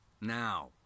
Now